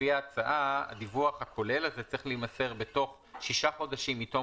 לפי ההצעה הדיווח הכולל הזה צריך להימסר בתוך 6 חודשים מתום